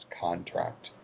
contract